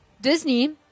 Disney